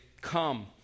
come